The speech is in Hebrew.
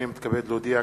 הנני מתכבד להודיע,